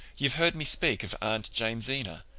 you've heard me speak of aunt jamesina?